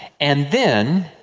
and then,